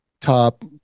top